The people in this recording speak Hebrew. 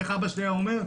כמו שאבא שלי היה אומר,